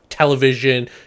television